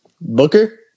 Booker